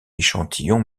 échantillons